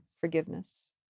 forgiveness